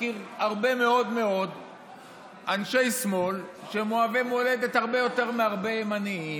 מכיר הרבה מאוד מאוד אנשי שמאל שהם אוהבי מולדת הרבה יותר מהרבה ימנים,